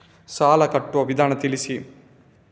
ಸಾಲ ಕಟ್ಟುವ ವಿಧಾನ ತಿಳಿಸಿ?